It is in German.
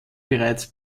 bereits